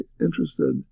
interested